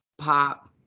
pop